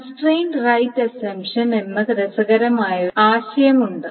constrained right assumption എന്ന രസകരമായ ഒരു ആശയം ഉണ്ട്